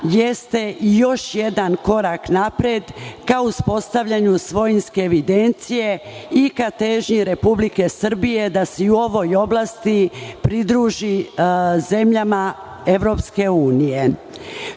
jeste još jedan korak napred ka uspostavljanju svojinske evidencije i ka težnji Republike Srbije da se i u ovoj oblasti pridruži zemljama EU. Šta je